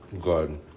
good